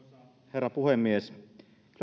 herra puhemies kyllä